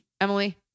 Emily